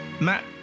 Matt